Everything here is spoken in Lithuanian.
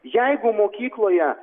jeigu mokykloje